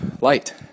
light